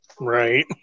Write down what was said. Right